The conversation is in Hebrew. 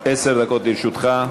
עשר דקות לרשותך.